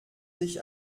sich